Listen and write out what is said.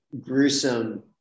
gruesome